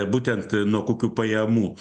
būtent nuo kokių pajamų